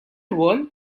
rwol